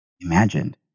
Imagined